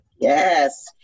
yes